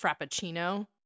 frappuccino